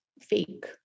fake